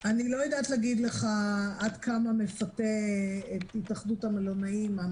אני לא יודעת להגיד לך עד כמה מפתים המענקים את התאחדות המלונאים.